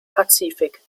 pazifik